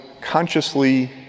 consciously